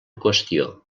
qüestió